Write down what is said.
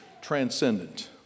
transcendent